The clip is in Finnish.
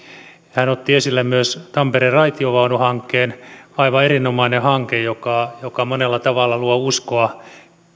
hän otti esille myös tampereen raitiovaunuhankkeen aivan erinomainen hanke joka joka monella tavalla luo uskoa